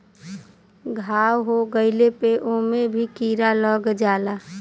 घाव हो गइले पे ओमे भी कीरा लग जाला